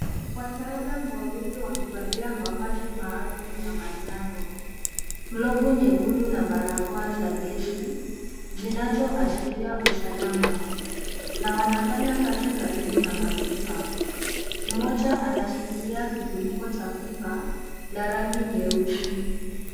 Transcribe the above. Wataalam wawili wamevalia mavazi maalum ya manjano, glavu nyekundu, na barakoa za gesizinazoashiria usalama nas wanafanya kazi karibu na mapipa. Mmoja anasgikilia kifuniko cha pipa la rangi nyeusi.